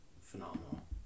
phenomenal